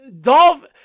Dolph